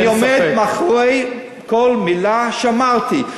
אני עומד מאחורי כל מילה שאמרתי.